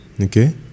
okay